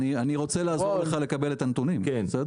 אני רוצה לעזור לך לקבל את הנתונים לפי